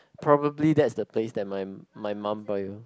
probably that is the place that my my mum buy